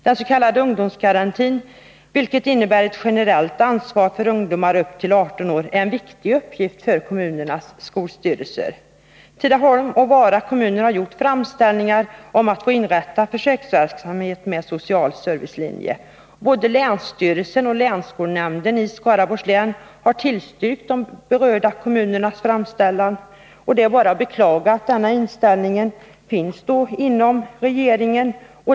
Den s.k. ungdomsgarantin, vilken innebär ett generellt ansvar för ungdomar upp till 18 år, är en viktig uppgift för kommunernas skolstyrelser. Tidaholms och Vara kommuner har gjort framställning om att få starta försöksverksamhet med social servicelinje. Länsstyrelsen och länskolnämnden i Skaraborgs län har tillstyrkt de berörda kommunernas framställan. Det är bara att beklaga att regeringen här har en negativ inställning.